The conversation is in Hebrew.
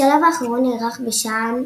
השלב האחרון נערך בשעה 2030